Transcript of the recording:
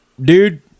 dude